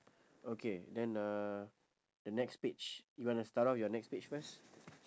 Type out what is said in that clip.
okay then uh the next page you want to start off with your next page first